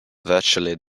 virtually